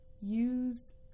use